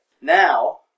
Now